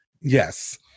Yes